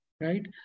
Right